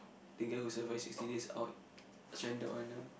the guy who survive sixty days out stranded on a